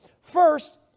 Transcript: First